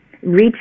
reach